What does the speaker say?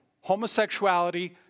homosexuality